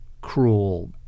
cruel